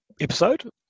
episode